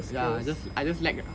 ya just I just lack